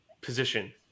position